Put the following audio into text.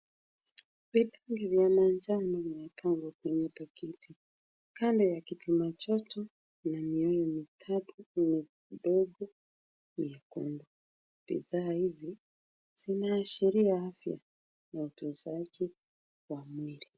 Vidonge vya manjano vimepangwa kwenye pakiti. Kando ya kipima joto kuna miwili mitatu midogo nyekundu. Bidhaa hizi zinaashiria afya ya utunzaji wa mwili.